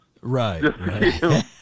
Right